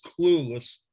clueless